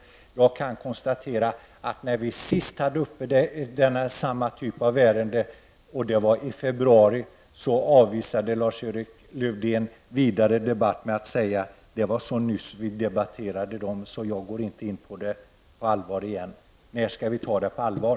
Men jag kan konstatera att när vi senast hade uppe samma typ av ärende till behandling — det var i februari — avvisade Lars-Erik Lövdén vidare debatt genom att säga att vi helt nyligen hade diskuterat detta problem och att han därför inte på allvar ville ta upp det här igen. Jag vill då fråga: När skall vi ta upp det på allvar?